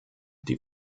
die